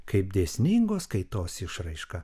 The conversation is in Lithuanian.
kaip dėsningos kaitos išraiška